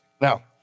now